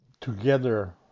together